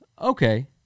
okay